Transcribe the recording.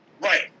right